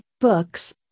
Books